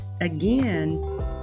Again